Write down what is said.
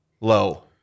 low